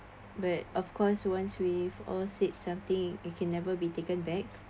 but of course once we have all said something it can never be taken back